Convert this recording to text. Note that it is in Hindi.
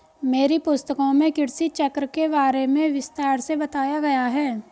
मेरी पुस्तकों में कृषि चक्र के बारे में विस्तार से बताया गया है